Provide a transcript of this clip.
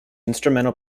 instrumental